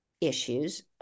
issues